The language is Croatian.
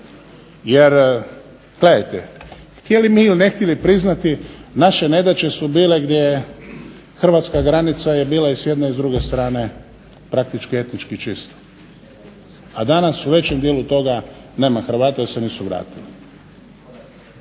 Jer gledajte, htjeli mi ili ne htjeli priznati naše nedaće su bile gdje hrvatska granica je bila i s jedne i s druge strane praktički etnički čista, a danas u većem dijelu toga nema Hrvata jer se nisu vratili.